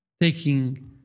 taking